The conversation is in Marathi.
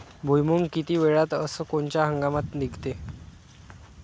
भुईमुंग किती वेळात अस कोनच्या हंगामात निगते?